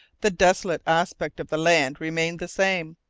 the desolate aspect of the land remained the same,